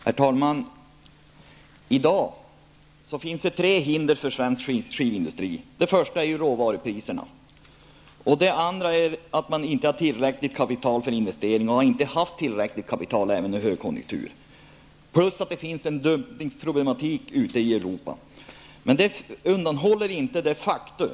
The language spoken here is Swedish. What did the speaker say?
Herr talman! I dag finns tre hinder för svensk skivindustri. Det första är råvarupriserna. Det andra är att man inte har tillräckligt kapital för investeringar och att man inte heller har haft tillräckligt kapital för investeringar under högkonjunkturen. Det tredje hindret rör problemet med dumpning ute i Europa.